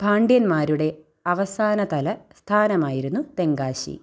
പാണ്ഡ്യന്മാരുടെ അവസാന തലസ്ഥാനമായിരുന്നു തെങ്കാശി